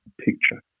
picture